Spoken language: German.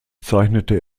zeichnete